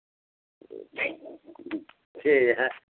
ठीक है